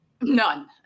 none